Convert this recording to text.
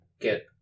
get